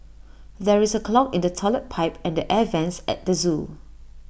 there is A clog in the Toilet Pipe and the air Vents at the Zoo